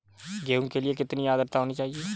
गेहूँ के लिए कितनी आद्रता होनी चाहिए?